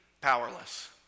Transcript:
powerless